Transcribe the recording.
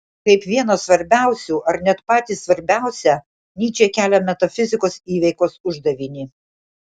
kaip vieną svarbiausių ar net patį svarbiausią nyčė kelia metafizikos įveikos uždavinį